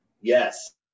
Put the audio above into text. Yes